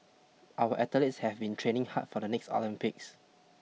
our athletes have been training hard for the next Olympics